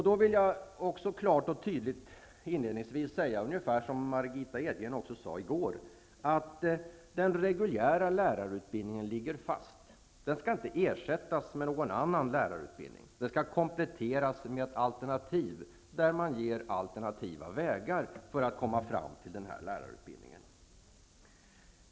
Då vill jag också inledningsvis klart och tydligt säga ungefär som Margitta Edgren sade i går, att den reguljära lärarutbildningen ligger fast. Den skall inte ersättas med någon annan lärarutbildning. Den skall kompletteras med alternativa vägar att komma fram till en lärarutbildning.